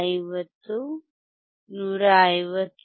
150 153